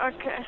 Okay